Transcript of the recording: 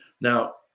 Now